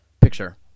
picture